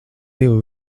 divi